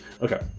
okay